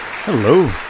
Hello